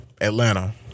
Atlanta